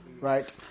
right